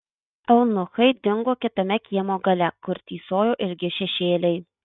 eunuchai dingo kitame kiemo gale kur tįsojo ilgi šešėliai